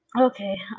Okay